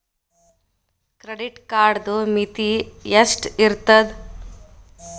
Credit ಕಾರ್ಡದು ಮಿತಿ ಎಷ್ಟ ಇರ್ತದ?